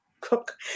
cook